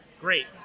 great